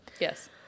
Yes